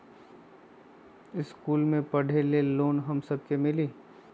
इश्कुल मे पढे ले लोन हम सब के मिली?